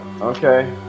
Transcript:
Okay